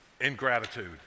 ingratitude